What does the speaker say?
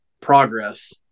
progress